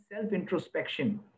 self-introspection